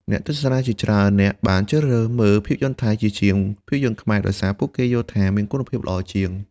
អ្នកទស្សនាជាច្រើននាក់បានជ្រើសរើសមើលភាពយន្តថៃ ជាជាងភាពយន្តខ្មែរ ដោយសារពួកគេយល់ថាមានគុណភាពល្អជាង។